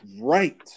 right